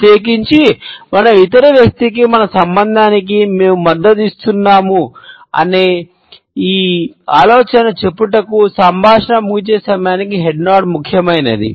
ప్రత్యేకించి మనం ఇతర వ్యక్తికి మన సంబంధానికి మేము మద్దతు ఇస్తున్నాము అనే ఈ ఆలోచనను చెప్పుటకు సంభాషణ ముగిసే సమయానికి హెడ్ నోడ్ ముఖ్యమైనది